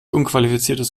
unqualifiziertes